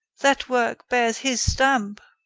that work bears his stamp.